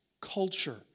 culture